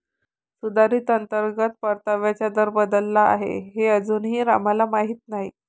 सुधारित अंतर्गत परताव्याचा दर बदलला आहे हे अजूनही रामला माहीत नाही